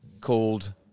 called